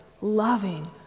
loving